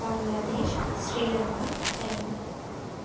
Bangladesh Sri Lanka China